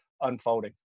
unfolding